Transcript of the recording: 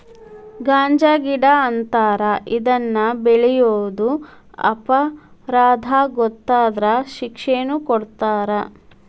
ಗಾಂಜಾಗಿಡಾ ಅಂತಾರ ಇದನ್ನ ಬೆಳಿಯುದು ಅಪರಾಧಾ ಗೊತ್ತಾದ್ರ ಶಿಕ್ಷೆನು ಕೊಡತಾರ